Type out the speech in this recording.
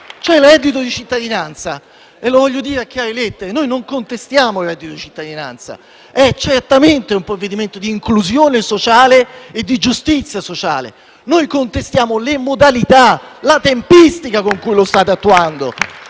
C'è il reddito di cittadinanza, e lo voglio dire a chiare lettere: noi non contestiamo il reddito cittadinanza, che è certamente un provvedimento di inclusione sociale e di giustizia sociale. Noi contestiamo le modalità e la tempistica con cui lo state attuando.